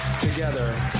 together